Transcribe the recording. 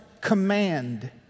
command